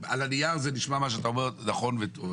על הנייר זה נשמע מה שאתה אומר נכון וטוב,